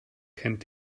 kennt